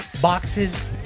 boxes